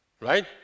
right